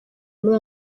muri